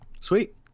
Sweet